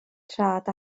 rhad